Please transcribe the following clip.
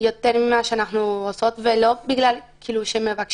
יותר ממה שאנחנו עושות ולא בגלל שמבקשים,